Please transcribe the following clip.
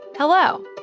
Hello